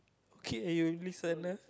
okay you listen ah